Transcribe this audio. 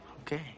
Okay